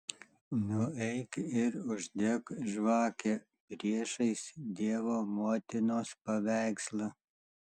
nueik ir uždek žvakę priešais dievo motinos paveikslą